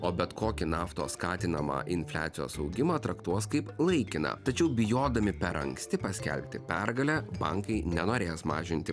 o bet kokį naftos skatinamą infliacijos augimą traktuos kaip laikiną tačiau bijodami per anksti paskelbti pergalę bankai nenorės mažinti